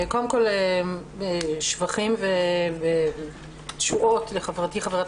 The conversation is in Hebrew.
קודם כל אפתח בשבחים ותשואות לחברתי חברת